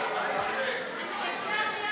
בבקשה.